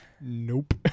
Nope